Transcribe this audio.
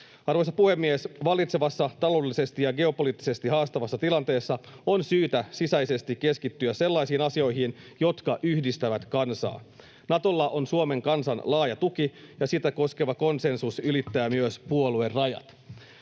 Arvoisa puhemies! Vallitsevassa taloudellisesti ja geopoliittisesti haastavassa tilanteessa on syytä sisäisesti keskittyä sellaisiin asioihin, jotka yhdistävät kansaa. Natolla on Suomen kansan laaja tuki, ja sitä koskeva konsensus ylittää myös puoluerajat.